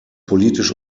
politisch